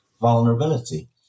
vulnerability